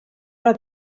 ole